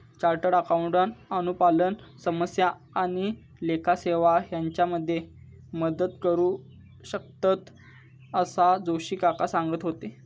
chartered accountant अनुपालन समस्या आणि लेखा सेवा हेच्यामध्ये मदत करू शकतंत, असा जोशी काका सांगत होते